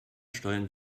steuern